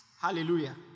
Hallelujah